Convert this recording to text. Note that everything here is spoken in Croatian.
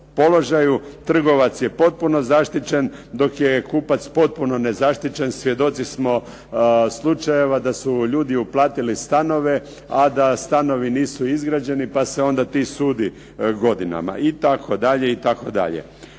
položaju. Trgovac je potpuno zaštićen, dok je kupac potpuno nezaštićen. Svjedoci smo slučajeva da su ljudi uplatili stanove, a da stanovi nisu izgrađeni, pa se onda ti sudi godinama itd. itd.